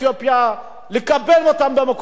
לקבל אותם במקומות העבודה.